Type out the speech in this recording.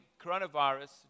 coronavirus